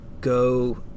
go